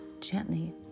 gently